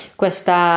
questa